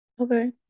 Okay